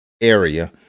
area